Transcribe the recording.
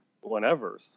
whenever